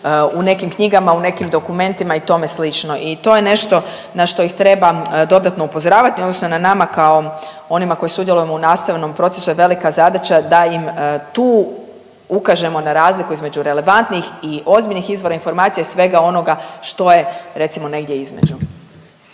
u nekim knjigama, u nekim dokumentima i tome slično. I to je nešto na što ih treba dodatno upozoravati odnosno na nama kao onima koji sudjelujemo u nastavnom procesu je velika zadaća da im tu ukažemo na razliku između relevantnih i ozbiljnih izvora informacija i svega onoga što je recimo negdje između.